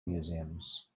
museums